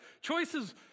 Choices